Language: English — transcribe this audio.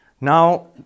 Now